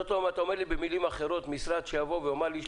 אתה אומר לי במילים אחרות שאם יבוא משרד ויאמר שיש